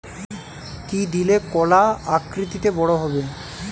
কি দিলে কলা আকৃতিতে বড় হবে?